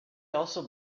also